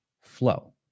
flow